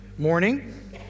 Morning